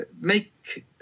make